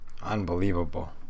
Unbelievable